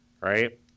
right